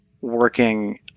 working